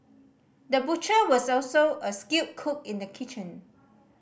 the butcher was also a skilled cook in the kitchen